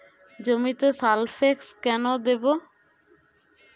জমিতে সালফেক্স কেন দেবো?